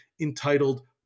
entitled